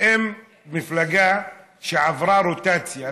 מפלגה שעברה רוטציה,